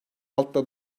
altıda